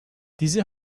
dizi